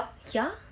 ya